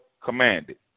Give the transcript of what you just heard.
commanded